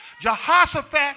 Jehoshaphat